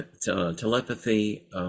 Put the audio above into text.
telepathy